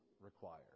required